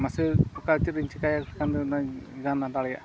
ᱢᱟᱥᱮ ᱚᱠᱟ ᱪᱮᱫ ᱤᱧ ᱪᱤᱠᱟᱹᱭᱟ ᱮᱱᱠᱷᱟᱱ ᱚᱱᱟᱧ ᱧᱟᱢ ᱫᱟᱲᱮᱭᱟᱜᱼᱟ